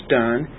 done